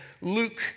Luke